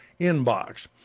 inbox